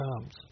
comes